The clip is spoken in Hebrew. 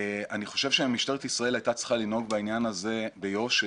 אני חושב שמשטרת ישראל הייתה צריכה לנהוג בעניין הזה ביושר